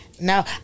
No